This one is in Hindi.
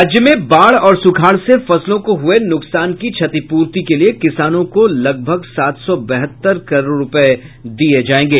राज्य में बाढ़ और सुखाड़ से फसलों को हुये नुकसान की क्षतिपूर्ति के लिए किसानों को लगभग सात सौ बहत्तर करोड़ रूपये दिये जायेंगे